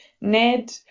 Ned